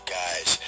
guys